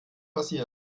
passieren